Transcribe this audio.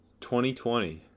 2020